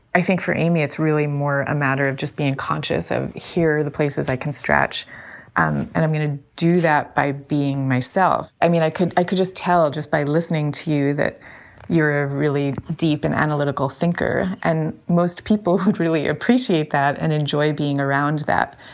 i think for amy, it's really more a matter of just being conscious of. here are the places i can stretch um and i'm going to do that by being myself. i mean, i could i could just tell just by listening to you that you're a really deep and analytical thinker. and most people who'd really appreciate that and enjoy being around that.